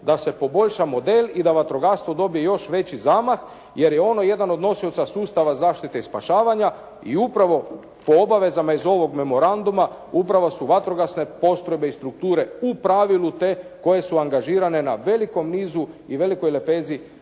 da se poboljša model i da vatrogastvo dobije još veći zamah jer je ono jedan od nosioca sustava zaštite i spašavanja i upravo po obavezama iz ovog memoranduma upravo su vatrogasne postrojbe i strukture u pravilu te koje su angažirane za velikom nizu i velikoj lepezi